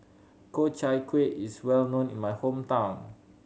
Ku Chai Kuih is well known in my hometown